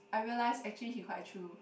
I realise actually he quite true